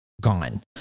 gone